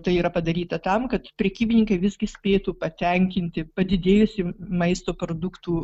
tai yra padaryta tam kad prekybininkai visgi spėtų patenkinti padidėjusį maisto produktų